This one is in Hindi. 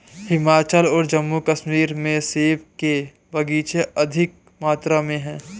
हिमाचल और जम्मू कश्मीर में सेब के बगीचे अधिक मात्रा में है